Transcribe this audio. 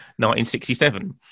1967